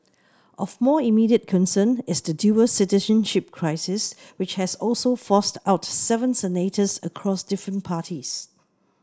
of more immediate concern is the dual citizenship crisis which has also forced out seven senators across different parties